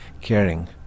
caring